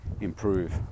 improve